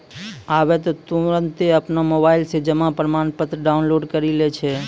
आबै त तुरन्ते अपनो मोबाइलो से जमा प्रमाणपत्र डाउनलोड करि लै छै